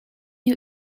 you